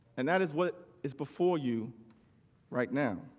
and that is what is before you right now.